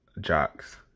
Jock's